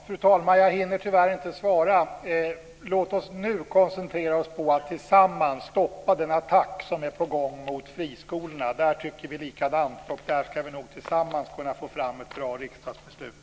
Fru talman! Jag hinner tyvärr inte svara. Låt oss nu koncentrera oss på att tillsammans stoppa den attack som är på gång mot friskolorna. Där tycker vi likadant. Vi ska nog tillsammans kunna få fram ett bra riksdagsbeslut.